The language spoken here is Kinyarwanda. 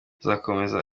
azakomeza